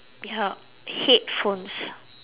ya headphones